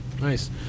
nice